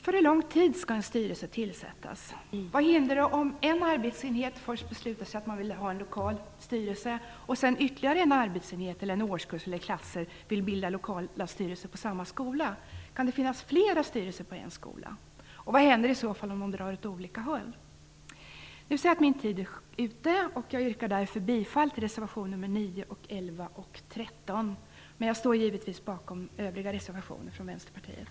För hur lång tid skall en styrelse tillsättas? Vad händer om en arbetsenhet först beslutar sig för att man vill ha en lokal styrelse, och ytterligare en arbetsenhet eller årskurs eller klass sedan vill bilda lokal styrelse på samma skola? Kan det finnas flera styrelser på en skola? Vad händer i så fall om de drar åt olika håll? Nu ser jag att min taletid är ute. Jag yrkar därför bifall till reservationerna nr 9, 11 och 13. Jag står givetvis bakom övriga reservationer från Vänsterpartiet.